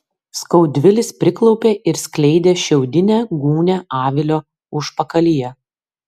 skaudvilis priklaupė ir skleidė šiaudinę gūnią avilio užpakalyje